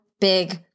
big